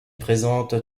présente